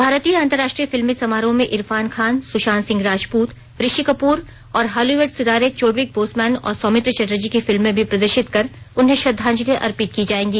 भारतीय अंतरराष्ट्रीय फिल्मी समारोह में इरफान खान सुशांत सिंह राजपूत ऋषिकपूर और हॉलीवुड सितारे चौडविक बोसमैन और सौमित्र चाटर्जी की फिल्मेर भी प्रदर्शित कर उन्हें श्रद्वाजलि अर्पित की जायेगी